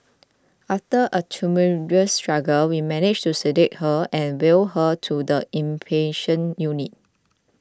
after a tumultuous struggle we managed to sedate her and wheel her to the inpatient unit